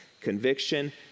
Conviction